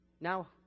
Now